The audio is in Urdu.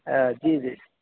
آ جی جی